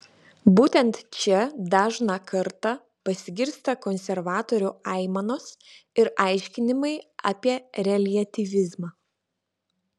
būtent čia dažną kartą pasigirsta konservatorių aimanos ir aiškinimai apie reliatyvizmą